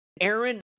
aaron